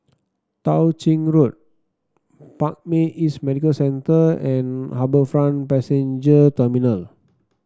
Tao Ching Road Parkway East Medical Centre and HarbourFront Passenger Terminal